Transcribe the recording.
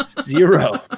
Zero